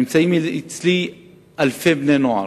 נמצאים אצלי בתנועת הנוער אלפי בני נוער,